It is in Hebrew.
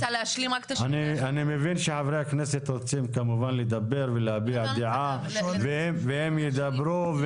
אני מבין שחברי הכנסת רוצים כמובן לדבר ולהביע דעה והם ידברו.